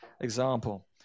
example